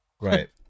Right